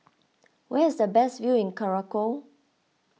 where is the best view in Curacao